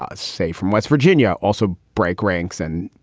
ah say, from west virginia also break ranks and,